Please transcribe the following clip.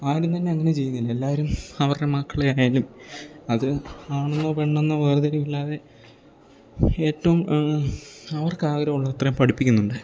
ആരും തന്നെ അങ്ങനെ ചെയ്യുന്നില്ല എല്ലാവരും അവരുടെ മക്കളെ ആയാലും അത് ആണെന്നോ പെണ്ണെന്നോ വേർതിരിവില്ലാതെ ഏറ്റവും അവർക്ക് ആഗ്രഹം ഉള്ളത്രയും പഠിപ്പിക്കുന്നുണ്ട്